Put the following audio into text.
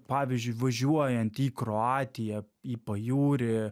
pavyzdžiui važiuojant į kroatiją į pajūrį